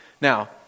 Now